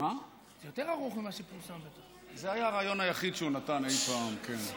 זה היה הריאיון היחיד שהוא נתן אי פעם, כן.